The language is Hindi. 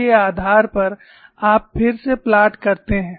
उसके आधार पर आप फिर से प्लॉट करते हैं